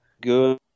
good